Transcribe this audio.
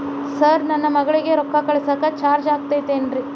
Sir ನನ್ನ ಮಗಳಗಿ ರೊಕ್ಕ ಕಳಿಸಾಕ್ ಚಾರ್ಜ್ ಆಗತೈತೇನ್ರಿ?